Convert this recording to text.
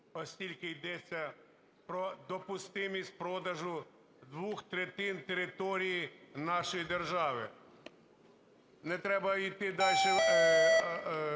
оскільки йдеться про допустимість продажу двох третин території нашої держави. Не треба йти дальше